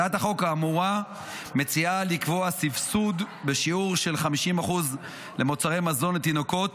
הצעת החוק האמורה מציעה לקבוע סבסוד בשיעור של 50% למוצרי מזון לתינוקות